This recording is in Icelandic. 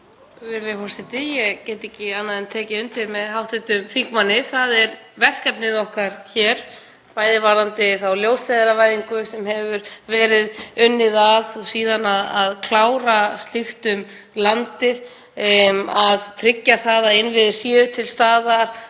Virðulegi forseti. Ég get ekki annað en tekið undir með hv. þingmanni. Það er verkefnið okkar hér, bæði varðandi þá ljósleiðaravæðingu sem hefur verið unnið að og síðan að klára um landið að tryggja að innviðir séu til staðar,